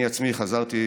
אני עצמי חזרתי,